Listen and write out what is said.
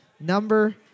number